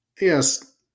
yes